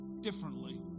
differently